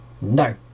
No